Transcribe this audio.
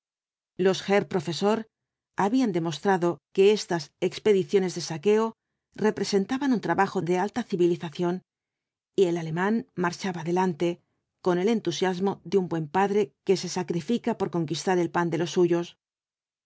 los herr professor habían demostrado que estas expediciones de saqueo representaban un trabajo de alta civilización y el alemán marchaba adelante con el entusiasmo de un buen padre que se sacrifica por conquistar el pan de las suyos